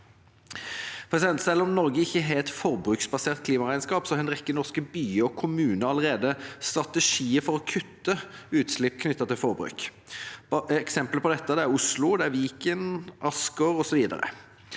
Selv om Norge ikke har et forbruksbasert klimaregnskap, har en rekke norske byer og kommuner alle rede strategier for å kutte utslipp knyttet til forbruk. Eksempler på dette er Oslo, Viken, Asker osv.